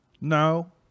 no